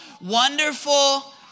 Wonderful